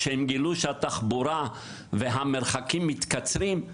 כשהם גילו שהתחבורה והמרחקים מתקצרים,